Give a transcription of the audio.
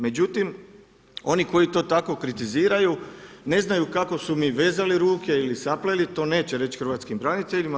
Međutim, oni koji to tako kritiziraju ne znaju kako su mi vezali ruke ili sapleli, to neće reći hrvatskim braniteljima.